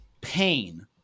pain